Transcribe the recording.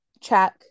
check